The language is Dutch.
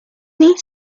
niet